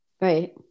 right